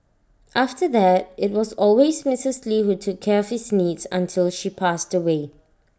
after that IT was always Mrs lee who took care of his needs until she passed away